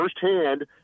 firsthand